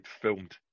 filmed